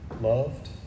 loved